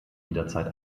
jederzeit